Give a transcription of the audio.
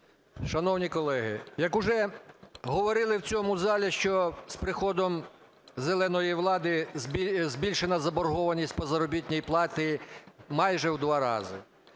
Шановні колеги, як уже говорили в цьому залі, що з приходом "зеленої" влади збільшено заборгованість по заробітній платі майже у 2 рази…